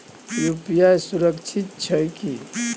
UPI सुरक्षित छै की?